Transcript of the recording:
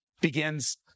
begins